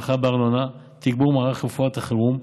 הנחה בארנונה, תגבור מערך רפואת החירום,